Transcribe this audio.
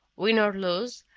win or lose,